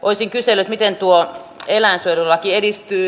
olisin kysynyt miten eläinsuojelulaki edistyy